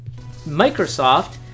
Microsoft